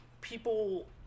people